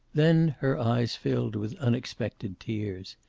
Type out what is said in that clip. then her eyes filled with unexpected tears.